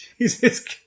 Jesus